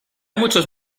muchos